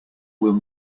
will